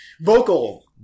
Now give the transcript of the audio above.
vocal